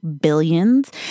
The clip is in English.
billions